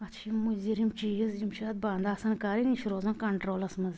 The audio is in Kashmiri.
اتھ چھِ یِم مُضر یِم چیٖز یِم چھِ اتھ بنٛد آسان کرٕنۍ یہِ چھُ روزان کنٹرٛولس منٛز